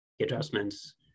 adjustments